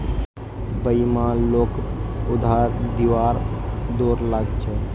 बेईमान लोगक उधार दिबार डोर लाग छ